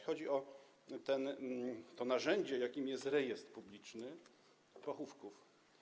Chodzi o to narzędzie, jakim jest rejestr publiczny pochówków.